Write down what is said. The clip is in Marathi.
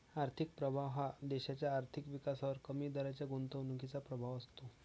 आर्थिक प्रभाव हा देशाच्या आर्थिक विकासावर कमी दराच्या गुंतवणुकीचा प्रभाव असतो